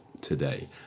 today